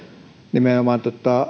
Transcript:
nimenomaan